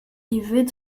die